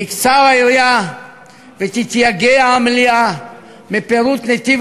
תקצר היריעה ותתייגע המליאה מפירוט נתיב